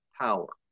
power